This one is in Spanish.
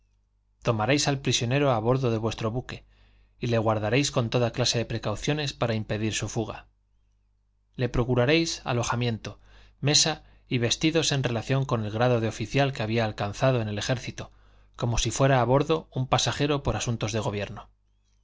tomaréis al prisionero a bordo de vuestro buque y le guardaréis con toda clase de precauciones para impedir su fuga le procuraréis alojamiento mesa y vestidos en relación con el grado de oficial que había alcanzado en el ejército como si fuera a bordo un pasajero por asuntos del gobierno